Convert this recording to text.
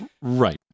Right